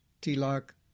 tilak